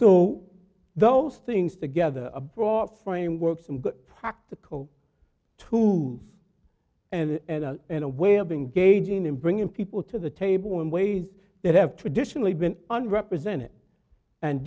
so those things together a broad framework some practical tools and a way of being gauging in bringing people to the table in ways that have traditionally been under represented and